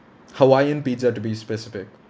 hawaiian pizza to be specific